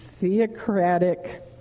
theocratic